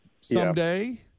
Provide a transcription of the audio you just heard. someday